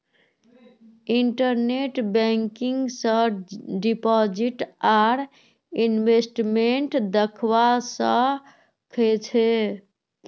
internet banking स deposit आर investment दख्वा स ख छ